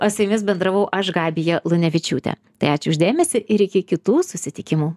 o su jumis bendravau aš gabija lunevičiūtė tai ačiū už dėmesį ir iki kitų susitikimų